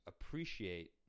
appreciate